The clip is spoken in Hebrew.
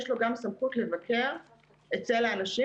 יש לו גם סמכות לבקר אצל האנשים.